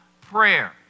prayer